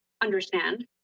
understand